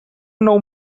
nou